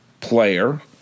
player